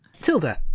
Tilda